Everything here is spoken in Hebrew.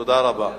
תודה רבה.